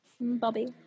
Bobby